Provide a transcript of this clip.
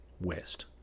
West